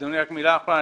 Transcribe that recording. אדוני, מילה אחת.